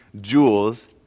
jewels